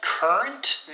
Current